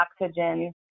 oxygen